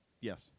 Yes